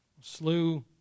slew